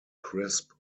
crisp